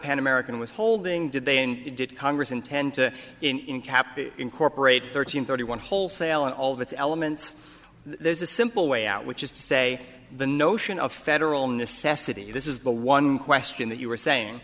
pan american was holding did they in did congress intend to in cappy incorporate thirteen thirty one wholesale and all of its elements there's a simple way out which is to say the notion of federal necessity this is the one question that you were saying